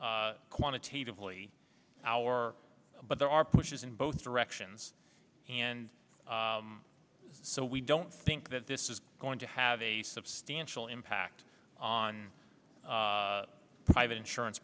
up quantitatively our but there are pushes in both directions and so we don't think that this is going to have a substantial impact on private insurance